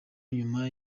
nyuma